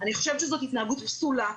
אני חושבת שזאת התנהגות פסולה,